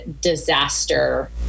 disaster